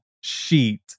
sheet